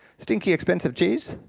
stinky expensive cheese?